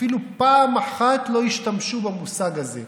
אפילו פעם אחת לא השתמשו במושג הזה.